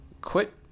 quit